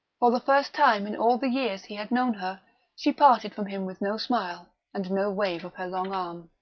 for the first time in all the years he had known her she parted from him with no smile and no wave of her long arm.